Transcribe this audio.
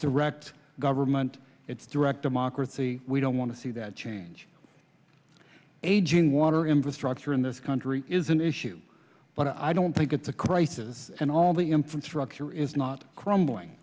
direct government it's direct democracy we don't want to see that change aging water infrastructure in this country is an issue but i don't think it's a crisis and all the infrastructure is not crumbling